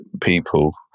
people